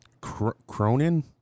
Cronin